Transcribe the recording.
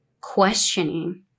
questioning